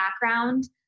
background